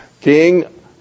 King